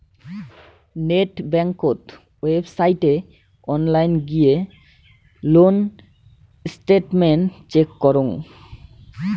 net বেংকত ওয়েবসাইটে online গিয়ে লোন স্টেটমেন্ট চেক করং